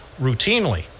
routinely